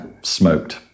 Smoked